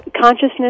consciousness